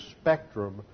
spectrum